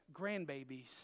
grandbabies